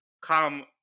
come